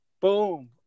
Boom